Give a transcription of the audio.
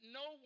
no